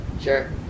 Sure